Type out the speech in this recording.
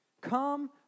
Come